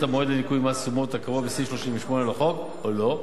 המועד לניכוי מס תשומות הקבוע בסעיף 38 לחוק או לא,